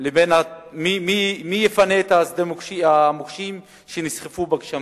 מי יפנה את שדות המוקשים שנסחפו בגשמים.